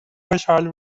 خشحال